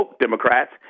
Democrats